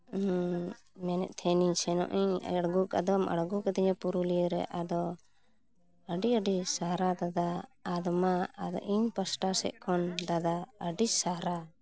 ᱦᱩᱸ ᱢᱮᱱᱮᱛ ᱛᱟᱦᱮᱱᱟᱹᱧ ᱥᱮᱱᱚᱜ ᱟᱹᱧ ᱟᱬᱜᱚ ᱟᱫᱚ ᱟᱬᱜᱚ ᱠᱟᱫᱤᱧᱟ ᱯᱩᱨᱩᱞᱤᱭᱟᱹ ᱨᱮ ᱟᱫᱚ ᱟᱹᱰᱤ ᱟᱹᱰᱤ ᱥᱟᱨᱦᱟᱣ ᱫᱟᱫᱟ ᱟᱫᱚ ᱢᱟ ᱟᱫᱚ ᱤᱧ ᱯᱟᱥᱴᱟ ᱥᱮᱫ ᱠᱷᱚᱱ ᱫᱟᱫᱟ ᱟᱹᱰᱤ ᱥᱟᱨᱦᱟᱣ